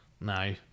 no